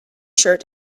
shirt